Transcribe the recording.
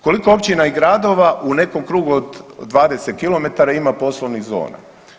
Koliko općina i gradova u nekom krugu od 20 km ima poslovnih zona?